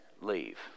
leave